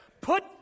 Put